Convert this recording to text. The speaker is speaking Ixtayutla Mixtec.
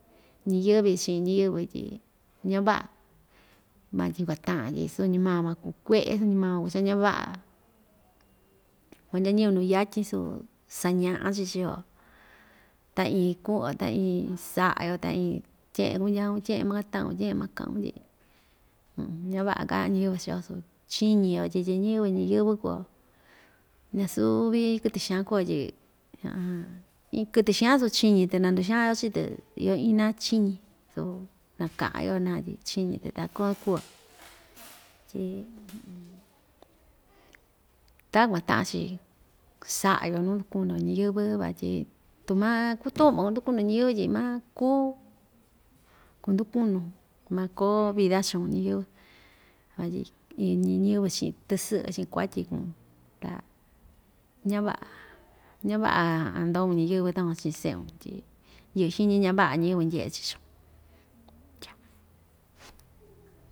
Ñiyɨ́vi chi'in ñiyɨvɨ tyi ña‑va'a, matyiun kata'an tyi suu‑ñi maa van kuu kue'e suu‑ñi maa van ku cha‑ñava'a kuandya ñɨvɨ nuu yatyin su saña'a‑chi chi‑yo ta iin ku'un‑yo ta iin sa'a‑yo ta iin tye'en kundyaun tye'en makata'un tye'en maka'un tyi ña‑va'a ka'an ñiyɨvɨ chii‑yo su chiñi‑yo tyi tyiñɨvɨ ñiyɨ́vɨ kuu‑yo ña‑suvi kɨtɨ xan kuu‑yo tyi iin kɨtɨ xan su chiñi‑tɨ nanduxaan‑yo chii‑tɨ iyo ina chiñi su naka'an‑yo na tyi chiñi‑tɨ ta tyi takuan ta'an‑chi sa'a‑yo nuu ndukunun‑yo ñiyɨ́vɨ vatyi tu maa kundukunun‑yo ñiyɨ́vɨ tyi makuu kundukunun makoo vida chiun ñiyɨ́vɨ vatyi iin ñi ñɨvɨ chi'in tɨsɨ'ɨ chi'in kuatyi kun ta ña‑va'a ña‑va'a ndoun ñiyɨ́vɨ takuan chi'in se'un tyi yɨ'ɨ xiñi ña‑va'a ñɨvɨ ndye'e‑chi chiun.